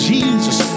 Jesus